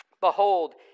Behold